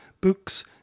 books